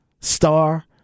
star